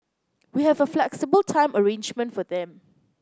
we have a flexible time arrangement for them